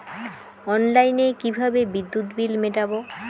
অনলাইনে কিভাবে বিদ্যুৎ বিল মেটাবো?